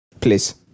Please